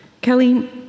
Kelly